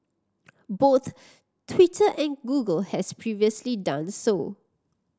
both Twitter and Google have previously done so